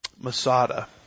Masada